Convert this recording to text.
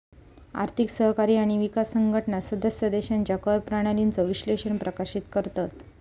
आर्थिक सहकार्य आणि विकास संघटना सदस्य देशांच्या कर प्रणालीचो विश्लेषण प्रकाशित करतत